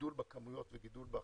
גידול בכמויות וגידול בהכנסות,